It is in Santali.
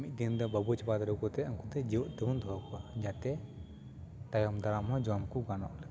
ᱢᱤᱫ ᱫᱤᱱ ᱛᱮ ᱵᱟᱵᱚ ᱪᱟᱵᱟ ᱫᱟᱲᱮ ᱟᱠᱚ ᱛᱮ ᱩᱱᱠᱩ ᱫᱚ ᱡᱤᱭᱮᱫ ᱛᱮᱵᱚᱱ ᱫᱚᱦᱚ ᱠᱚᱣᱟ ᱡᱟᱛᱮ ᱛᱟᱭᱚᱢ ᱫᱟᱨᱟᱢ ᱦᱚᱸ ᱡᱚᱢ ᱠᱚ ᱜᱟᱱᱚᱜ ᱞᱮᱠᱟ